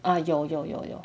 ah 有有有有